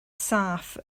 saff